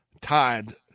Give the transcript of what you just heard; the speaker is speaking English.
tied